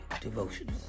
devotion